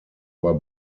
were